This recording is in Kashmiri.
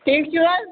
ٹھیٖک چھُو حظ